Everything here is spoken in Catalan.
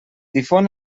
difon